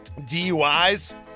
DUIs